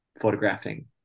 photographing